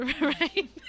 Right